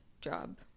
job